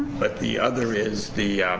but the other is the